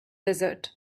desert